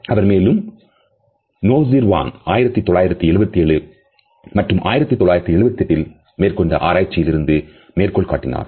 அவர் மேலும் Noesjirwan 1977 மற்றும் 1978ல் மேற்கொண்ட ஆராய்ச்சியில் இருந்து மேற்கோள் காட்டினார்